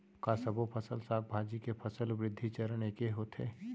का सबो फसल, साग भाजी के फसल वृद्धि चरण ऐके होथे?